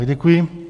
Děkuji.